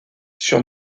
sur